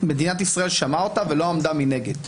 מדינת ישראל שמעה אותה ולא עמדה מנגד.